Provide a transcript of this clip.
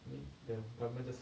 I mean the government just